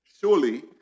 Surely